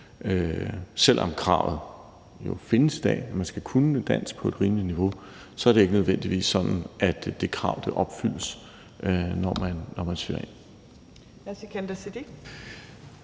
Selv om kravet jo findes i dag – man skal kunne dansk på et rimeligt niveau – så er det ikke nødvendigvis sådan, at det krav opfyldes, når man søger ind.